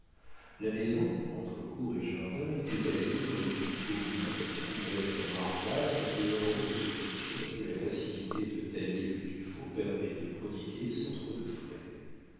la maison entre cour et jardin était bâtie en tuffeau blanc couverte en ardoise et ornée de sculptures que la facilité de tailler le tuffeau permet de prodiguer sans trop de frais